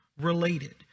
related